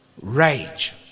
Rage